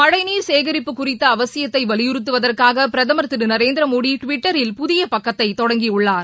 மழைநீர் சேகரிப்பு குறித்த அவசியத்தை வலியுறுத்துவதற்காக பிரதமர் திரு நரேந்திரமோடி டுவிட்டரில் ்புதிய பக்கத்தை தொடங்கியுள்ளார்